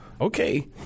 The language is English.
Okay